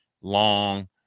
long